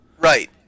Right